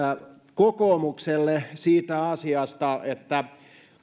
kokoomukselle siitä että